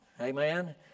Amen